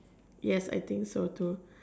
yes I think so too